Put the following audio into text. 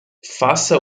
faça